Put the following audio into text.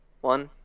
one